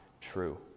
true